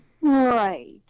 Right